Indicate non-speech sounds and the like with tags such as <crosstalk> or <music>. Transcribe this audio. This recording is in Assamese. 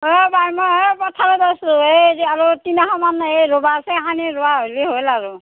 অ' বাই মই সেই পথাৰত আছোঁ এই যে আৰু এই <unintelligible> এই ৰুব আছে সেইখানি ৰুৱা হ'লেই হ'ল আৰু